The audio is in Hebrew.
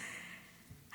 ולהגיד,